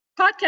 Podcast